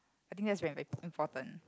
I think that's very important